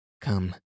Come